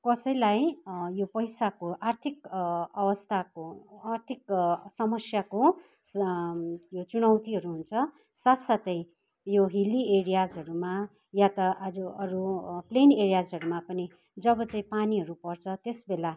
कसैलाई यो पैसाको आर्थिक अवस्थाको आर्थिक समस्याको यो चुनौतीहरू हुन्छ साथ साथै यो हिल्ली एरियाजहरूमा या त आज अरू प्लेन एरियाजहरूमा पनि जब चाहिँ पानीहरू पर्छ त्यसबेला